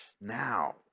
now